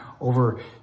over